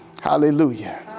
Hallelujah